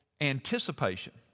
anticipation